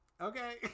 Okay